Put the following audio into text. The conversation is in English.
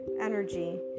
energy